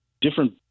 different